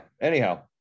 anyhow